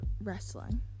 Wrestling